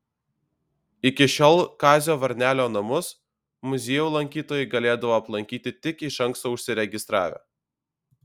iki šiol kazio varnelio namus muziejų lankytojai galėdavo aplankyti tik iš anksto užsiregistravę